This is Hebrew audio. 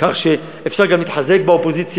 שזה לא תורתו-אומנותו,